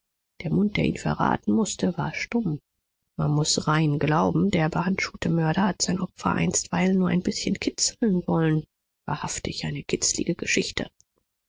der mund der ihn verraten mußte war stumm man muß rein glauben der behandschuhte mörder hat sein opfer einstweilen nur ein bißchen kitzeln wollen wahrhaftig eine kitzlige geschichte